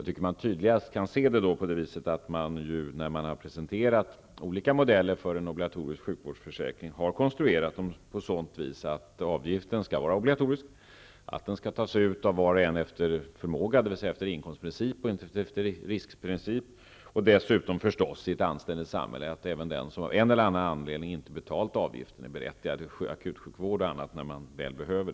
Det kan tydligast märkas genom att man, när man har presenterat olika modeller för en obligatorisk sjukvårdsförsäkring, har konstruerat dem så att avgiften skall vara obligatorisk och att den skall tas ut av var och en efter förmåga, dvs. efter inkomstprincip och inte efter riskprincip. Dessutom skall naturligtvis, i ett anständigt samhälle, den som av en eller annan anledning inte har betalt avgiften vara berättigad till akutsjukvård och annat om så behövs.